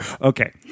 Okay